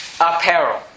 apparel